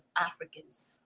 Africans